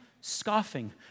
Scoffing